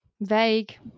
Vague